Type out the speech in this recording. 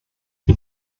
die